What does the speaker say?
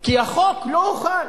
כי החוק לא הוחל.